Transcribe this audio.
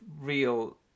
real